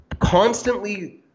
constantly